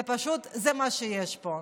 פשוט זה מה שיש פה.